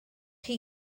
chi